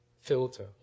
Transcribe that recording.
filter